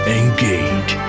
engage